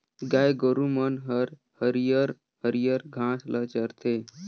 गाय गोरु मन हर हरियर हरियर घास ल चरथे